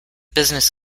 business